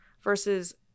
versus